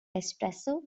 espresso